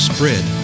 Spread